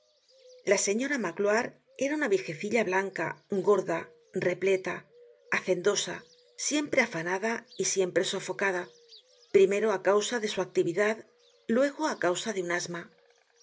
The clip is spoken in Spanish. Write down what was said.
la señora magloire era una viejecilla blanca gorda repleta hace content from google book search generated at dosa siempre afanada y siempre sofocada primero á causa de su actividad luego á causa de un asma